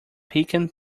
pecan